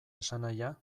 esanahia